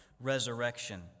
resurrection